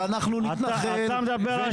ואנחנו נתנחל.